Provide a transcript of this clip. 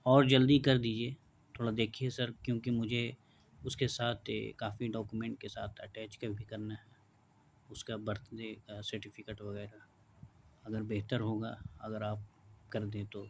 اور جلدی کر دیجیے تھوڑا دیکھیے سر کیونکہ مجھے اس کے ساتھ کافی ڈاکومینٹ کے ساتھ اٹیچ کے بھی کرنا ہے اس کا برتھ ڈے کا سرٹیفکٹ وغیرہ اگر بہتر ہوگا اگر آپ کر دیں تو